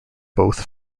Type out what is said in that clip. both